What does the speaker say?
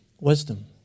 wisdom